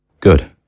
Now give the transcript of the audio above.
Good